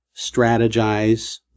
strategize